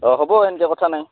অঁ হ'ব এনকে কথা নাই